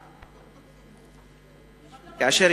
נכון?